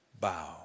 bow